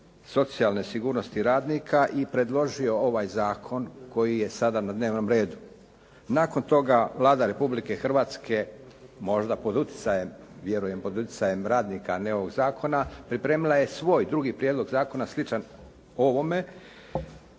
socijalne sigurnosti radnika i predložio ovaj zakon koji je sada na dnevnom redu. Nakon toga, Vlada Republike Hrvatske, možda pod utjecajem, vjerujem pod utjecajem radnika, a ne ovog zakona, pripremila je svoj, drugi prijedlog zakona, sličan ovome